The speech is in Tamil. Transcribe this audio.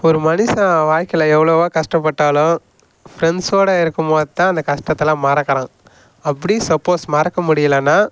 ஒரு மனுஷன் வாழ்க்கையில் எவ்வளவோ கஷ்டப்பட்டாலும் ஃப்ரெண்ட்ஸோடு இருக்கும் போதுதான் அந்த கஷ்டத்தைலாம் மறக்கிறான் அப்படி சப்போஸ் மறக்க முடியலன்னா